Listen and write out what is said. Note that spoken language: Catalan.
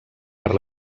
per